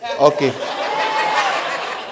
Okay